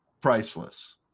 Priceless